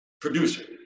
producer